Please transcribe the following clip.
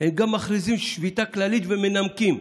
הם גם מכריזים שביתה כללית ומנמקים.